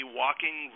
walking